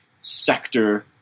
sector